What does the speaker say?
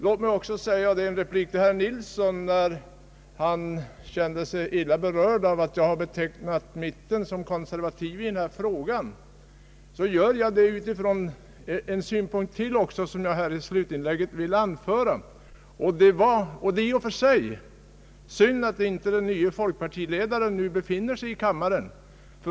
Låt mig också i replik till herr Nilsson, som kände sig illa berörd av att jag betecknat mitten som konservativ i denna fråga, anföra ytterligare en synpunkt som avslutning. Det är i och för sig synd att inte den nye folkpartiledaren nu befinner sig i kammaren.